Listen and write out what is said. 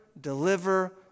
deliver